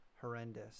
horrendous